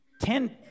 Ten